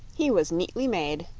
he was neatly made,